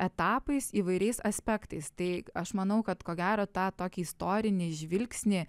etapais įvairiais aspektais tai aš manau kad ko gero tą tokį istorinį žvilgsnį